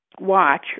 watch